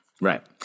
Right